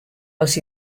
els